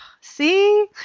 see